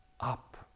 Up